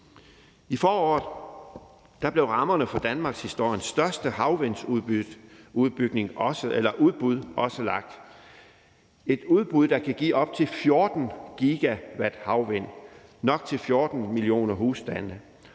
I foråret blev rammerne for danmarkshistoriens største havvindsudbud også lagt – et udbud, der kan give op til 14 GW havvindenergi, nok til 14 millioner husstande,